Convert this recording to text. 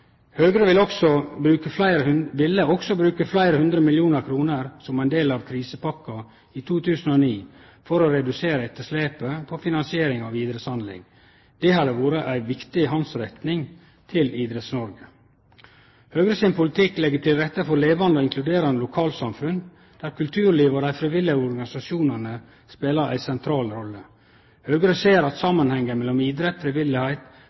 Høgre ville også bruke fleire hundre millionar kroner som ein del av krisepakka i 2009 for å redusere etterlepet på finansiering av idrettsanlegg. Det hadde vore ei viktig handsrekning til Idretts-Noreg. Høgre sin politikk legg til rette for levande og inkluderande lokalsamfunn, der kulturlivet og dei frivillige organisasjonane spelar ei sentral rolle. Høgre ser at samanhengen mellom idrett, frivilligheit,